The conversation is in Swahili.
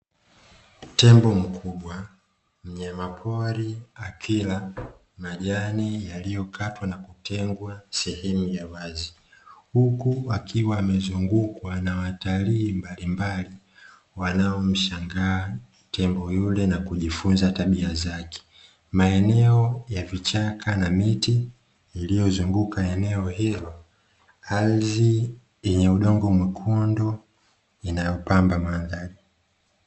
Tembo mkubwa mnyamapori akila majani yaliyokatwa na kutengwa sehemu ya wazi, huku akiwa amezungukwa na watalii mbalimbali; wanaomshangaa tembo yule na kujifunza tabia zake. Maeneo ya vichaka na miti iliyozunguka eneo hilo, ardhi yenye udongo mwekundu inayopamba mandhari.